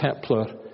Kepler